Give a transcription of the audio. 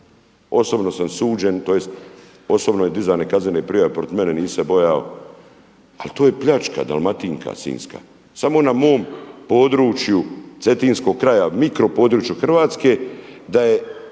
osobno sam suđen tj. osobno su dizane kaznen prijave protiv mene. Nisam se bojao ali to je pljačka, Dalmatinka Sinjska, samo na mom području cetinskog kraja mikropodručju Hrvatske da je